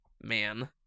man